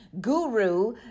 guru